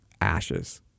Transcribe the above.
ashes